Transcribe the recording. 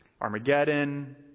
Armageddon